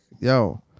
yo